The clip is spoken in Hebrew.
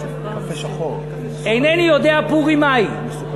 אינני יודע פורים מהו.